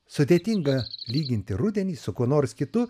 sudėtinga lyginti rudenį su kuo nors kitu